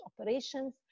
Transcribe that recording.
operations